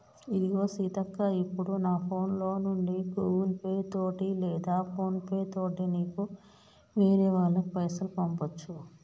ఇదిగో సీతక్క ఇప్పుడు నా ఫోన్ లో నుండి గూగుల్ పే తోటి లేదా ఫోన్ పే తోటి నీకు వేరే వాళ్ళకి పైసలు పంపొచ్చు